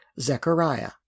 Zechariah